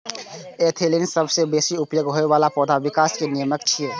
ethylene सबसं बेसी उपयोग होइ बला पौधा विकास नियामक छियै